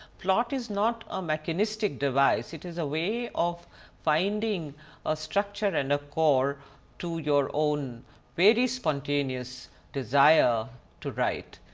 plot is not a mechanistic device, it is a way of finding a structure and a core to your own very spontaneous desire to write.